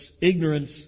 Ignorance